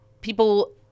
People